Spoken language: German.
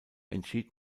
entschied